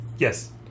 Yes